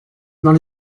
dans